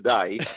today